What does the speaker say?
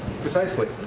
Precisely